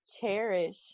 cherish